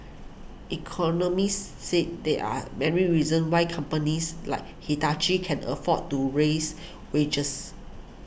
economists say there are many reasons why companies like Hitachi can afford to raise wages